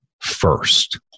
first